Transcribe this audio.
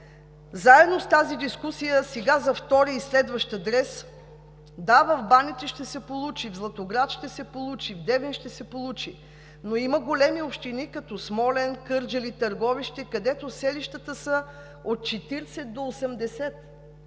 заедно с тази дискусия сега, за втори и следващ адрес – да, в Баните ще се получи, в Златоград – ще се получи, в Девин – ще се получи. Но има големи общини като Смолян, Кърджали и Търговище, където селищата са от 40 до 80,